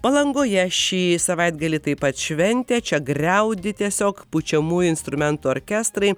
palangoje šį savaitgalį taip pat šventė čia griaudi tiesiog pučiamųjų instrumentų orkestrai